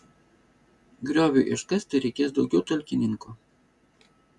grioviui iškasti reikės daugiau talkininkų